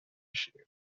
issue